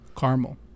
Caramel